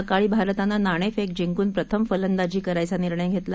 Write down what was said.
सकाळी भारतानं नाणेफेक जिंकून प्रथम फलंदाजी करायचा निर्णय घेतला